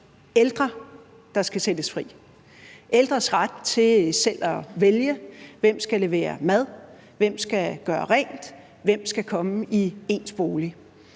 ældre, der skal sættes fri – ældres ret til selv at vælge, hvem der skal levere mad, hvem der skal gøre rent, hvem der skal komme i ens bolig.